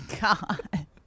god